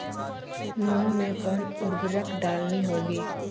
मूंग में कौन उर्वरक डालनी होगी?